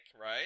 right